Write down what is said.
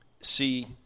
see